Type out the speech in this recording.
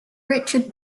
richard